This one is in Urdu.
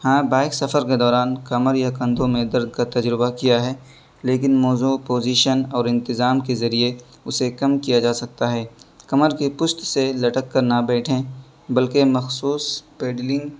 ہاں بائک سفر کے دوران کمر یا کندھوں میں درد کا تجربہ کیا ہے لیکن موزوں پوزیشن اور انتظام کے ذریعے اسے کم کیا جا سکتا ہے کمر کی پشت سے لٹک کر نہ بیٹھیں بلکہ مخصوص پیڈلنگ